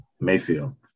Mayfield